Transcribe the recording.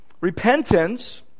repentance